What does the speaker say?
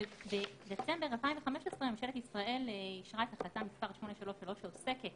בדצמבר 2015 ממשלת ישראל אישרה את החלטה מספר 833 שעוסקת